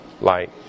light